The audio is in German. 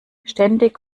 ständig